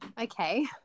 okay